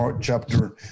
chapter